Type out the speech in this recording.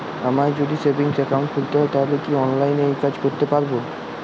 আমায় যদি savings account খুলতে হয় তাহলে কি অনলাইনে এই কাজ করতে পারবো?